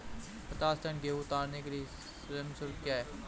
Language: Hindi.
पचास टन गेहूँ उतारने के लिए श्रम शुल्क क्या होगा?